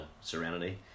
Serenity